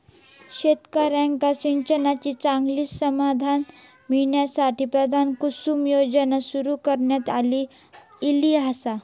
शेतकऱ्यांका सिंचनाची चांगली साधना मिळण्यासाठी, प्रधानमंत्री कुसुम योजना सुरू करण्यात ईली आसा